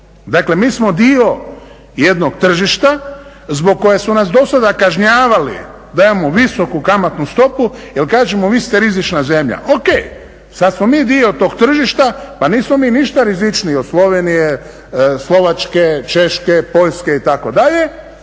Dakle, mi smo dio jedno tržišta zbog kojeg su nas do sada kažnjavali da imamo visoku kamatnu stopu jer kažemo vi ste rizična zemlja. Ok, sad smo mi dio tog tržišta, pa nismo mi ništa rizičniji od Slovenije, Slovačke, Češke, Poljske, itd.,